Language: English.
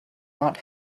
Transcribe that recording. not